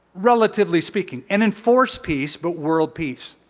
relatively speaking. an enforced peace, but world peace.